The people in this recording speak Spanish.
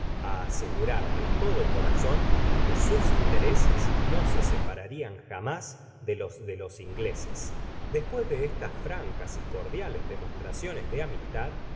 asegurar de todo corazon que sus intereses no se separarian jamás de los de los'ingleses despues de estas francas y cordiales demostraciones de amistad